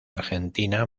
argentina